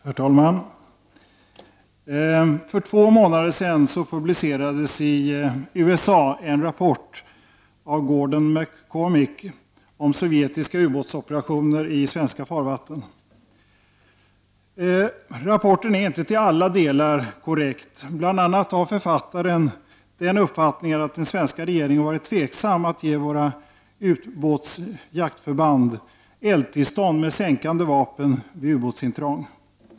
Herr talman! För två månader sedan publicerades en rapport i USA av Gordon McCormick om sovjetiska ubåtsoperationer i svenska farvatten. Rapporten är inte till alla delar korrekt. Bl.a. har författaren den uppfattningen att den svenska regeringen varit tveksam till att ge våra ubåtsjaktsförband eldtillstånd med sänkande av vapen vid ubåtsintrång.